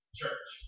church